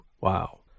wow